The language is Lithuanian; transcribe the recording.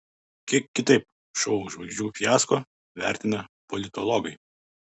kiek kitaip šou žvaigždžių fiasko vertina politologai